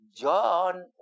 John